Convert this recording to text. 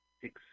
Six